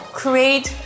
create